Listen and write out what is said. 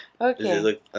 Okay